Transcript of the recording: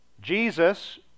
Jesus